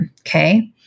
Okay